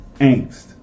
angst